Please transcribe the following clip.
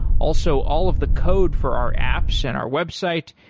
also, all of the code for our apps and our websites,